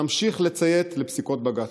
נמשיך לציית לפסיקות בג"ץ.